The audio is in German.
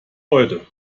heute